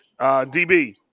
DB